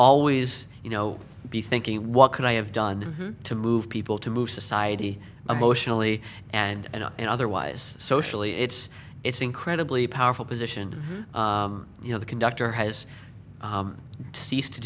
always you know be thinking what could i have done to move people to move society emotionally and otherwise socially it's it's incredibly powerful position you know the conductor has to cease